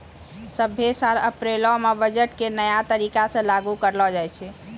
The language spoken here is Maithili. सभ्भे साल अप्रैलो मे बजट के नया तरीका से लागू करलो जाय छै